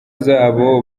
zabo